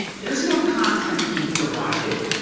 there's no content being provided.